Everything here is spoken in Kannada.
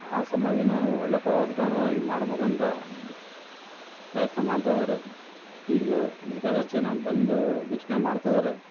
ಆ ಸಮಾಧಿನೂ ಒಳ್ಳೆ ಪ್ರವಾಸ ತಾಣವಾಗಿ ಮಾಡಬೇಕಂತ ಪ್ರಯತ್ನ ಮಾಡ್ತಾಯಿದ್ದಾರೆ ಈಗಲೂ ಬೇಕಾದಷ್ಟು ಜನ ಬಂದು ವೀಕ್ಷಣೆ ಮಾಡ್ತಾಯಿದ್ದಾರೆ